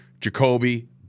Jacoby